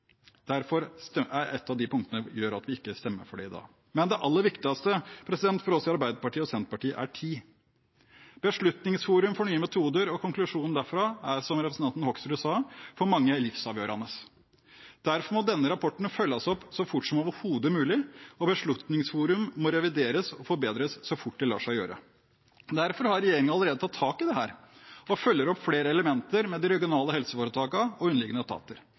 er et av de punktene som gjør at vi ikke stemmer for dette i dag. Det aller viktigste for oss i Arbeiderpartiet og Senterpartiet er tid. Beslutningsforum for nye metoder og konklusjonen derfra er, som representanten Hoksrud sa, for mange livsavgjørende. Derfor må denne rapporten følges opp så fort som overhodet mulig, og Beslutningsforum må revideres og forbedres så fort det lar seg gjøre. Derfor har regjeringen allerede tatt tak i dette og følger opp flere elementer med de regionale helseforetakene og underliggende etater.